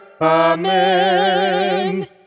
Amen